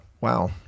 Wow